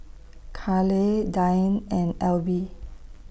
Carleigh Diann and Elby